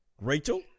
Rachel